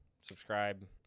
subscribe